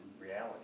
reality